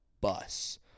bus